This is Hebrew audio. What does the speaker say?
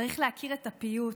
צריך להכיר את הפיוט,